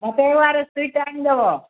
sweet ଆଣି ଦେବ